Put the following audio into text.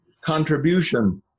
contributions